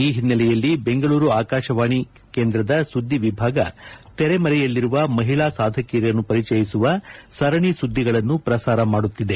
ಈ ಹಿನ್ನೆಲೆಯಲ್ಲಿ ಬೆಂಗಳೂರು ಆಕಾಶವಾಣಿ ಕೇಂದ್ರದ ಸುದ್ದಿ ವಿಭಾಗ ಶೆರೆಮರೆಯಲ್ಲಿರುವ ಮಹಿಳಾ ಸಾಧಕಿಯರನ್ನು ಪರಿಚಯಿಸುವ ಸರಣಿ ಸುದ್ದಿಗಳನ್ನು ಪ್ರಸಾರ ಮಾಡುತ್ತಿದೆ